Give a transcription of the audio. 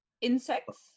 insects